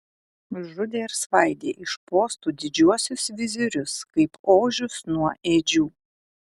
žudė ir svaidė iš postų didžiuosius vizirius kaip ožius nuo ėdžių